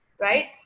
right